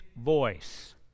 voice